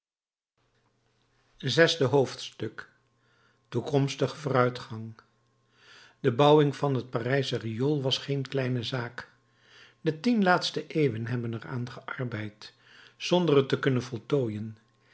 zesde hoofdstuk toekomstige vooruitgang de bouwing van het parijsche riool was geen kleine zaak de tien laatste eeuwen hebben er aan gearbeid zonder het te kunnen voltooien